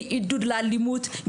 מעידוד לאלימות,